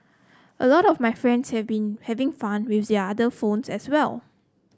a lot of my friends have been having fun with their other phones as well